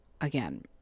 again